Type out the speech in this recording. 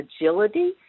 agility